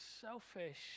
selfish